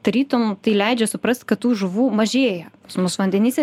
tarytum tai leidžia suprast kad tų žuvų mažėja mūsų vandenyse